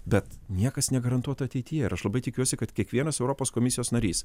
bet niekas negarantuota ateityje ir aš labai tikiuosi kad kiekvienas europos komisijos narys